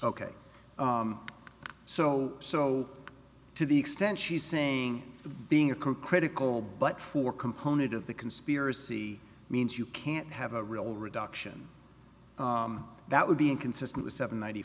ok so so to the extent she's saying being a critical but four component of the conspiracy means you can't have a real reduction that would be inconsistent with seven ninety